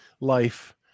life